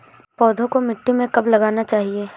पौधें को मिट्टी में कब लगाना चाहिए?